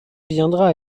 viendra